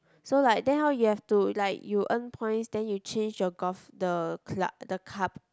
so like then how you have to like you earn points then you change your golf the club the cup